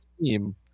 team